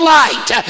light